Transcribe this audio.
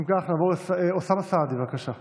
אם כך, נעבור לאוסאמה סעדי, בבקשה.